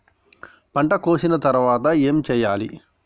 పంట కోసిన తర్వాత ఏం చెయ్యాలి?